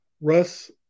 Russ